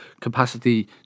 capacity